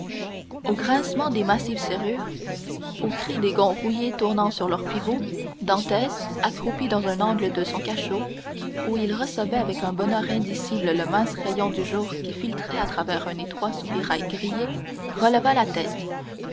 au grincement des massives serrures au cri des gonds rouillés tournant sur leurs pivots dantès accroupi dans un angle de son cachot où il recevait avec un bonheur indicible le mince rayon du jour qui filtrait à travers un étroit soupirail grillé releva la tête